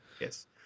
Yes